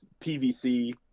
pvc